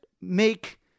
make